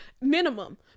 Minimum